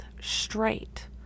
straight